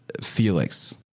Felix